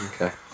Okay